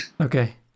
Okay